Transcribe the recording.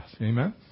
Amen